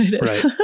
Right